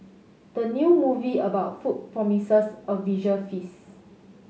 the new movie about food promises a visual feast